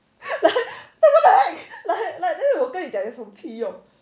like 我跟你讲有什么屁用